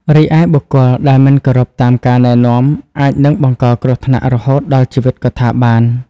រីឯ បុគ្គលដែលមិនគោរពតាមការណែនាំ អាចនឹងបង្កគ្រោះថ្នាក់រហូតដល់ជីវិតក៏ថាបាន។